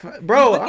bro